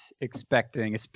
expecting